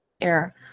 air